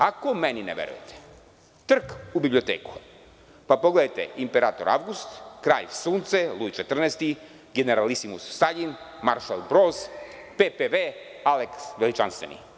Ako meni ne verujete, trk u biblioteku, pa pogledajte „Imperator Avgust“, „Kralj sunca“, „Luj 14“, „General Lisimus“, Staljin, „Maršov Broz“, „PPV“, „Aleks Veličanstveni“